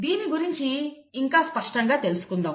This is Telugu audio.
దీని గురించి ఇంకా స్పష్టంగా తెలుసుకుందాం